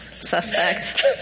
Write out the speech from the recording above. suspect